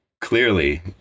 clearly